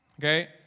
Okay